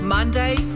Monday